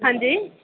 हां जी